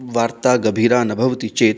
वार्ता गभीरा न भवति चेत्